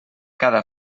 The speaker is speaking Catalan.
cada